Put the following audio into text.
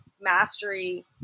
mastery